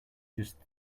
just